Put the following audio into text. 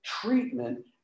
treatment